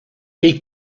est